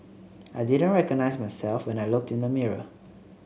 I didn't recognise myself when I looked in the mirror